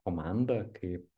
komanda kaip